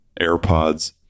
airpods